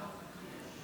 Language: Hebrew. מכובדיי השרים,